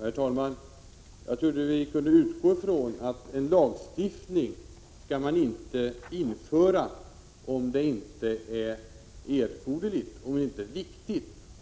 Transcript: Herr talman! Min utgångspunkt är att man inte skall införa en lagstiftning om den inte är erforderlig.